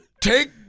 take